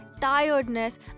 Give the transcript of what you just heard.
tiredness